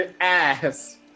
ass